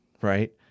right